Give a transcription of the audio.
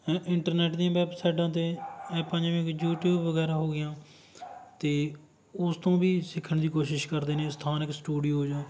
ਹੈਂ ਇੰਟਰਨੈਟ ਦੀਆਂ ਵੈਬਸਾਈਟਾਂ 'ਤੇ ਐਪਾਂ ਜਿਵੇਂ ਕਿ ਯੂਟੀਊਬ ਵਗੈਰਾ ਹੋ ਗਈਆਂ ਅਤੇ ਉਸ ਤੋਂ ਵੀ ਸਿੱਖਣ ਦੀ ਕੋਸ਼ਿਸ਼ ਕਰਦੇ ਨੇ ਸਥਾਨਕ ਸਟੂਡੀਓ ਜਾਂ